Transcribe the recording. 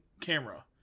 camera